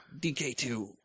DK2